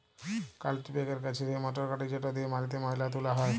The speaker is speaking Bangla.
কাল্টিপ্যাকের হছে সেই মটরগড়ি যেট দিঁয়ে মাটিতে ময়লা তুলা হ্যয়